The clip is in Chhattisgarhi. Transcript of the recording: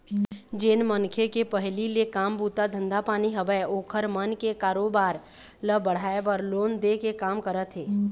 जेन मनखे के पहिली ले काम बूता धंधा पानी हवय ओखर मन के कारोबार ल बढ़ाय बर लोन दे के काम करत हे